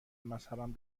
مذهبم